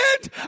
end